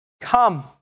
Come